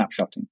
snapshotting